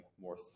more